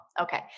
Okay